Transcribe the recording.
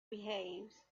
behaves